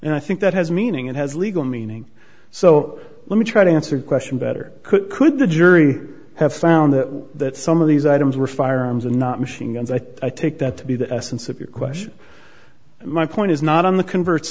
and i think that has meaning and has legal meaning so let me try to answer the question better could could the jury have found that some of these items were firearms and not machine guns i think i take that to be the essence of your question my point is not on the conver